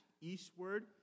eastward